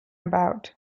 about